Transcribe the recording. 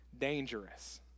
dangerous